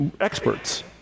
experts